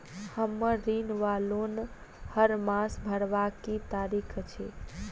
हम्मर ऋण वा लोन हरमास भरवाक की तारीख अछि?